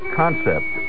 concept